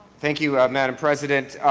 thank you, madam president.